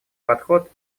подход